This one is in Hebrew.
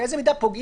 באיזה מידה פוגעים.